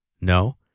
No